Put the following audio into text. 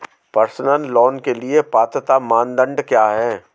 Personal loan के लिए पात्रता मानदंड क्या हैं?